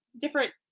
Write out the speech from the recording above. different